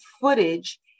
footage